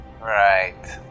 Right